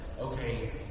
okay